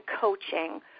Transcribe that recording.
coaching